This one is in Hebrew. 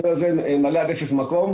המיול הזה מלא עד אפס מקום.